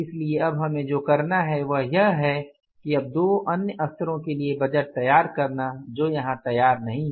इसलिए अब हमें जो करना है वह यह है कि अब दो अन्य स्तरों के लिए बजट तैयार करना जो यहां तैयार नहीं है